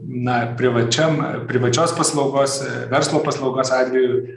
na privačiam privačios paslaugos verslo paslaugos atveju